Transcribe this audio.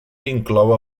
inclou